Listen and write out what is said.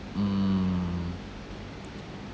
mm